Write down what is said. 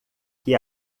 que